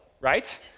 right